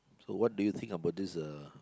so what do you think about this uh